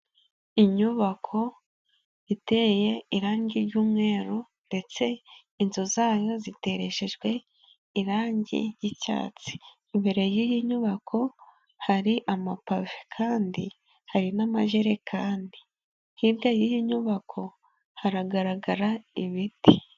Inyubako iteye irangi ry'umweru ndetse inzu zayo zitereshejwe irangi ry'icyatsi, imbere y'iyi nyubako hari amapave kandi hari n'amajerekani, hirya y'iyi nyubako haragaragara ibiti.